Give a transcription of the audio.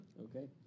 Okay